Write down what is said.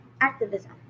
activism